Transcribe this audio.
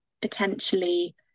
potentially